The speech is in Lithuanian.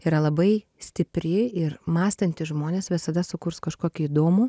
yra labai stipri ir mąstantys žmonės visada sukurs kažkokį įdomų